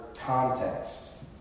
context